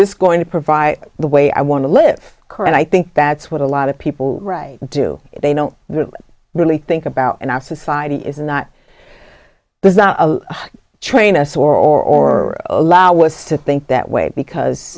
this going to provide the way i want to live carette i think that's what a lot of people right do they don't really think about and our society is not does not train us or allow us to think that way because